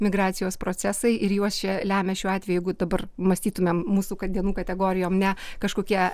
migracijos procesai ir juos čia lemia šiuo jeigu dabar mąstytumėm mūsų kad dienų kategorijom ne kažkokie